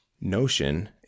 Notion